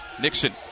Nixon